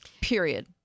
Period